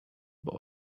boy